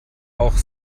auch